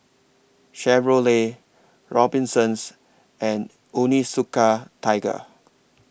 Chevrolet Robinsons and Onitsuka Tiger